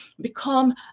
become